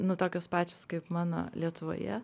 nu tokios pačios kaip mano lietuvoje